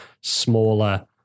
smaller